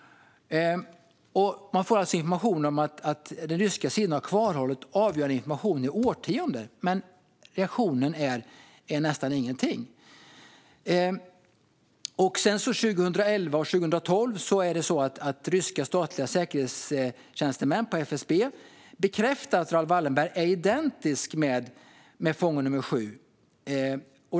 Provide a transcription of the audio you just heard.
Man får alltså information om att den ryska sidan har undanhållit avgörande information i årtionden, men reaktionen är nästan ingen alls. Sedan, 2011 och 2012, bekräftar ryska statliga säkerhetstjänstemän på FSB att Raoul Wallenberg är identisk med fånge nr 7.